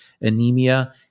Anemia